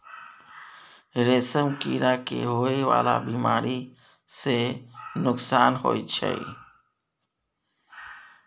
रेशम कीड़ा के होए वाला बेमारी सँ नुकसान होइ छै